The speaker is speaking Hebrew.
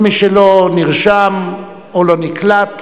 כל מי שלא נרשם או לא נקלט